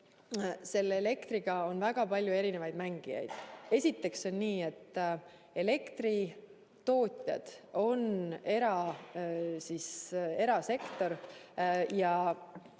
et elektri puhul on väga palju erinevaid mängijaid. Esiteks on nii, et elektritootjad on erasektor ja